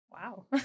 Wow